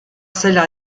zela